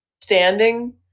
standing